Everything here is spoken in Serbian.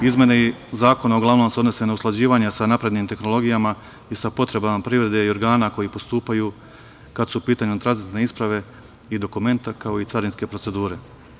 Izmene zakona uglavnom se odnose na usklađivanje sa naprednim tehnologijama i sa potrebama privrede i organa koji postupaju, kada su u pitanju tranzitne isprave i dokumenta kao i carinske procedure.